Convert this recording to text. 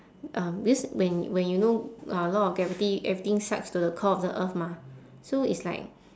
um this when when you know uh law of gravity everything sucks to the core of the earth mah so it's like